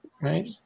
right